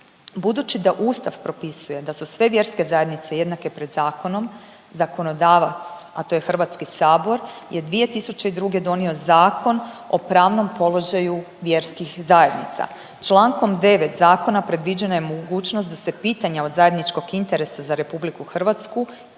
Budući da Ustav propisuje da su sve vjerske zajednice jednake pred zakonom, zakonodavac, a to je Hrvatski sabor, je 2002. donio Zakon o pravnom položaju vjerskih zajednica. Čl. 9. Zakona predviđena je mogućnost da se pitanja od zajedničkog interesa za RH i neku ili